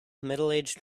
middleaged